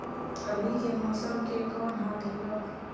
अभी के मौसम के कौन हाल हे ग?